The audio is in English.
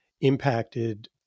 impacted